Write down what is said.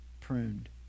pruned